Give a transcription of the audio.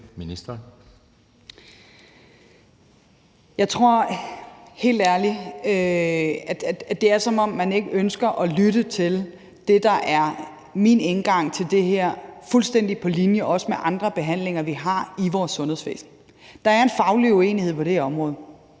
Jeg synes helt ærligt, at det er, som om man ikke ønsker at lytte til det, der er min indgang til det her, som også er fuldstændig på linje med andre behandlinger, vi har i vores sundhedsvæsen. Der er en faglig uenighed på det her område.